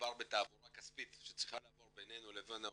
שמדובר בתעבורה כספית שצריכה לעבור בינינו לבין העולה,